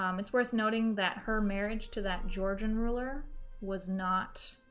um it's worth noting that her marriage to that georgian ruler was not